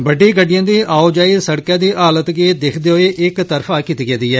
बड्डी गडि़डएं दी आओजाई सड़क दी हालत गी दिक्खदे होइ इक तरफा कीती गेदी ऐ